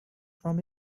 from